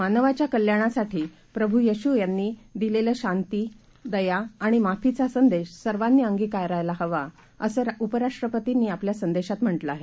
मानवाच्याकल्याणासाठीप्रभूयेशूयांनीदिलेलंशांती दयाआणिमाफीचासंदेशसर्वांनीअंगिकारायलाहवा असंउपराष्ट्रपतींनीआपल्यासंदेशातम्हटलंआहे